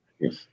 Yes